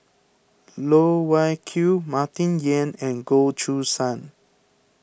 Loh Wai Kiew Martin Yan and Goh Choo San